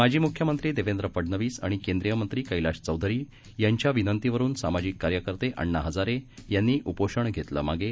माजीमुख्यमंत्रीदेवेन्द्रफडनवीसआणिकेंद्रीयमंत्रीकेलाशचौधरीयांच्याविनंतीवरूनसामाजिककार्यकर्तेअण्णाहजारेयांनीउपोषणघेतलं मागे